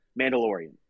Mandalorian